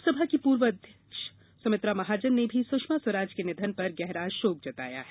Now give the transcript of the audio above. लोकसभा की पूर्व अध्यक्ष सुमित्रा महाजन ने भी सुषमा स्वराज के निधन पर गहरा शोक जताया है